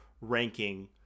ranking